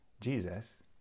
Jesus